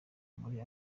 muri